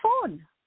phone